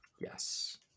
Yes